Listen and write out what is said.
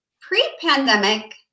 pre-pandemic